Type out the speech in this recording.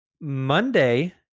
Monday